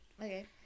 Okay